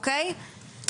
או-קיי?